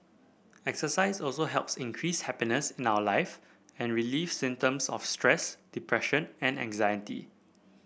exercise also helps increase happiness in our life and relieve symptoms of stress depression and anxiety